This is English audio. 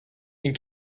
and